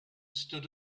stood